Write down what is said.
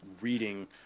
reading